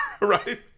right